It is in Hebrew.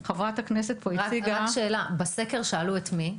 חברת הכנסת פה הציגה --- רק שאלה: בסקר את מי שאלו?